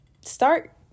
start